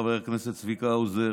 חבר הכנסת צביקה האוזר.